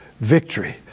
victory